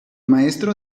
maestro